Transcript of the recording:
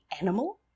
animal